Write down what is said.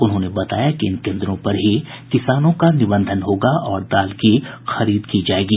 उन्होंने बताया कि इन केन्द्रों पर ही किसानों का निबंधन होगा और दाल की खरीद की जायेगी